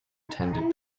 attended